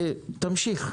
תמשיך.